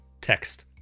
text